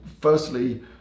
firstly